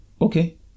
okay